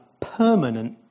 permanent